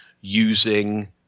using